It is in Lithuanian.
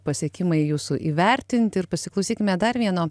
pasiekimai jūsų įvertinti ir pasiklausykime dar vieno